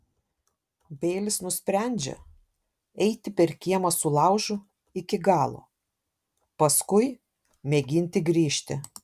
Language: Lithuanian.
beilis nusprendžia eiti per kiemą su laužu iki galo paskui mėginti grįžti